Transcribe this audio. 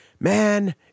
Man